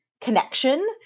connection